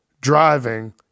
driving